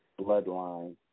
bloodline